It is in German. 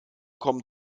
kommen